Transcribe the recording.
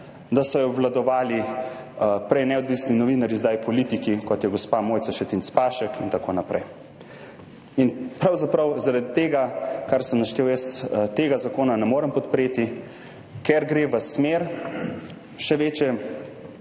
da so jo obvladovali prej neodvisni novinarji, zdaj politiki, kot je gospa Mojca Šetinc Pašek, in tako naprej. Zaradi tega, kar sem naštel, tega zakona ne morem podpreti. Ker gre v smer še večjega